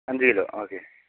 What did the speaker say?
അഞ്ച് kilo okay